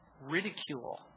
ridicule